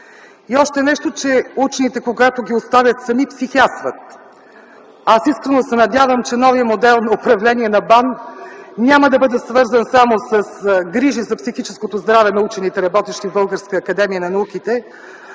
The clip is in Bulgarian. И още нещо – че учените, когато ги оставят сами, психясват. Аз искрено се надявам, че новият модел на управление на БАН няма да бъде свързан само с грижи за психическото здраве на учените, работещи в Българската академия на науките,